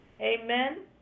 amen